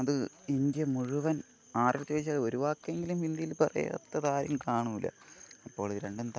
അത് ഇന്ത്യ മുഴുവൻ ആരുടെ അടുത്ത് ചോദിച്ചാലും ഒരു വാക്കെങ്കിലും ഹിന്ദിയിൽ പറയാത്തത് ആരും കാണില്ല രണ്ടും അപ്പോൾ ഇത് രണ്ടും താരതമ്യം